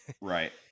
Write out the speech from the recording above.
right